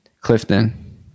Clifton